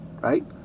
right